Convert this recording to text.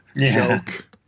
joke